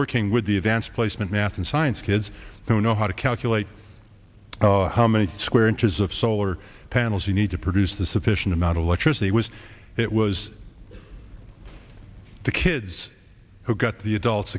working with the advanced placement math and science kids who know how to calculate how many square inches of solar panels you need to produce the sufficient amount of electricity was it was the kids who got the adults